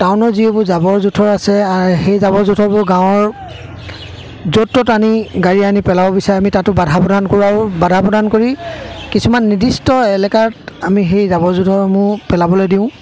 টাউনৰ যিবোৰ জাবৰ জোঁথৰ আছে সেই জাবৰ জোঁথৰবোৰ গাঁৱৰ য'ত ত'ত আনি গাড়ী আনি পেলাব বিচাৰে আমি তাতো বাধা প্ৰদান কৰোঁ আৰু বাধা প্ৰদান কৰি কিছুমান নিৰ্দিষ্ট এলেকাত আমি সেই জাবৰ জোঁথৰসমূহ পেলাবলৈ দিওঁ